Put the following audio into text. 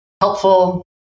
helpful